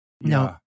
No